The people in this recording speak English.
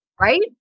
right